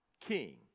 king